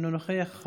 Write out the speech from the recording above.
אינו נוכח.